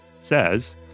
says